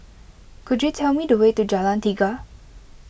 could you tell me the way to Jalan Tiga